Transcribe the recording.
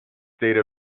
state